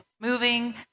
moving